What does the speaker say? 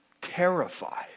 terrified